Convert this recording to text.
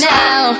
now